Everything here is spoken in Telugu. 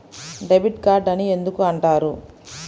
డెబిట్ కార్డు అని ఎందుకు అంటారు?